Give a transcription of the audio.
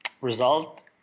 result